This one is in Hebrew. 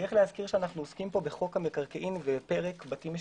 יש לזכור שאנחנו עוסקים פה בחוק המקרקעין בפרק בתים משותפים.